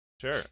Sure